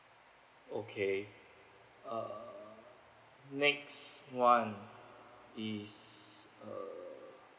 okay uh next [one] is uh